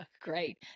Great